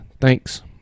thanks